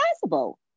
possible